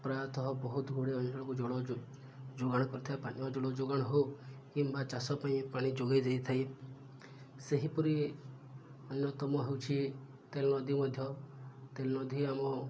ପ୍ରାୟତଃ ବହୁତ ଗୁଡ଼ିଏ ଅଞ୍ଚଳକୁ ଜଳ ଯୋଗାଣ କରିଥାଏ ପାନୀୟ ଜଳ ଯୋଗାଣ ହଉ କିମ୍ବା ଚାଷ ପାଇଁ ପାଣି ଯୋଗେଇ ଦେଇଥାଏ ସେହିପରି ଅନ୍ୟତମ ହେଉଛି ତେଲ୍ ନଦୀ ମଧ୍ୟ ତେଲ୍ ନଦୀ ଆମ